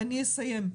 אני אסיים.